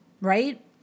right